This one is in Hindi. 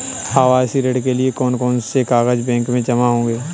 आवासीय ऋण के लिए कौन कौन से कागज बैंक में जमा होंगे?